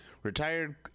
Retired